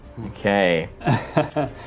Okay